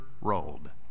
rolled